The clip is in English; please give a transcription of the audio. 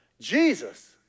Jesus